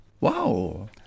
Wow